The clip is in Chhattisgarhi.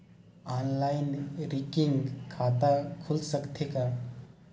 ऑनलाइन रिकरिंग खाता खुल सकथे का?